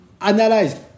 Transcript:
analyze